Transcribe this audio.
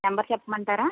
number చెప్పమంటారా